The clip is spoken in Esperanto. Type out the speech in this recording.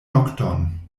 nokton